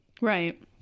Right